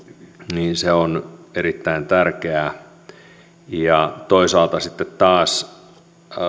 on erittäin tärkeää toisaalta sitten taas